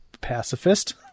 pacifist